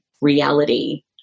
reality